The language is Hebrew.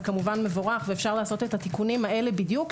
כמובן שזה מבורך ואפשר לעשות את התיקונים האלה בדיוק,